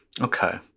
Okay